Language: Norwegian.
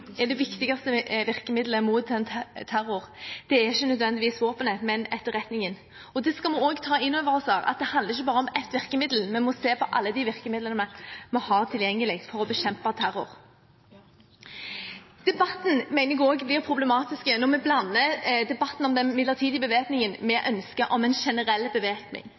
er det viktigste virkemidlet mot terror, er ikke nødvendigvis våpenet, men etterretningen. Det skal vi også ta inn over oss her – at det handler ikke bare om ett virkemiddel. Vi må se på alle de virkemidlene vi har tilgjengelig for å bekjempe terror. Jeg mener det også er problematisk når vi blander debatten om den midlertidige bevæpningen med ønsket om en generell bevæpning.